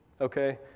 okay